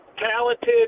talented